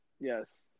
Yes